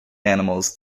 animals